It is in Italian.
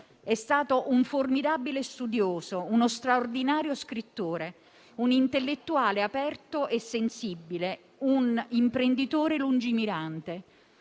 È stato un formidabile studioso, uno straordinario scrittore, un intellettuale aperto e sensibile, un imprenditore lungimirante,